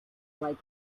like